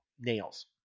nails